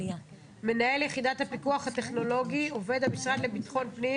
"מנהל יחידת הפיקוח הטכנולוגי" עובד המשרד לביטחון הפנים